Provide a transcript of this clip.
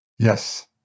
Yes